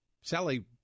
Sally